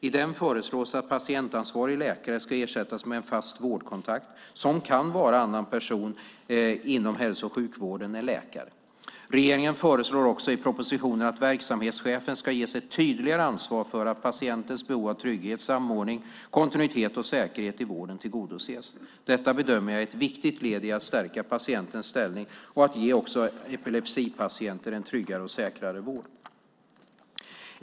I den föreslås att patientansvarig läkare ersätts med en fast vårdkontakt, som kan vara annan personal inom hälso och sjukvården än läkare. Regeringen föreslår också i propositionen att verksamhetschefen ges ett tydligare ansvar för att patientens behov av trygghet, samordning, kontinuitet och säkerhet i vården tillgodoses. Detta bedömer jag är ett viktigt led i att stärka patientens ställning och att ge också epilepsipatienter en tryggare och säkrare vård.